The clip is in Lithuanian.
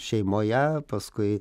šeimoje paskui